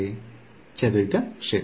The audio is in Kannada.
ವಿದ್ಯಾರ್ಥಿ ಚದುರಿದ ಕ್ಷೇತ್ರ